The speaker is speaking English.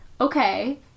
Okay